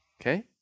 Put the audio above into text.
Okay